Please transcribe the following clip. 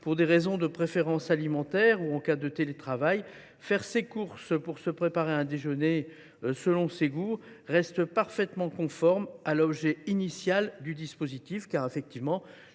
pour des raisons de préférence alimentaire ou encore en cas de télétravail, faire ses courses pour se préparer un déjeuner à son goût restait parfaitement conforme à l’objectif initial du dispositif. Les habitudes et